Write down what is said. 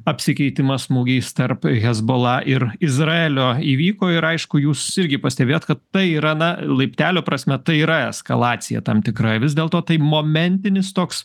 apsikeitimas smūgiais tarp hezbollah ir izraelio įvyko ir aišku jūs irgi pastebėjot kad tai yra na laiptelio prasme tai yra eskalacija tam tikra vis dėlto tai momentinis toks